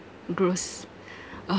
gross